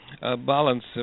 balance